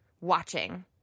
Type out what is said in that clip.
watching